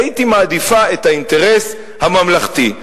הייתי מעדיפה את האינטרס הממלכתי.